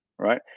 Right